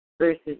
versus